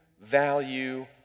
value